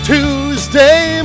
Tuesday